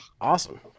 Awesome